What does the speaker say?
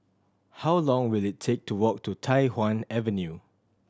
how long will it take to walk to Tai Hwan Avenue